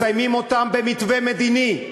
מסיימים אותן במתווה מדיני.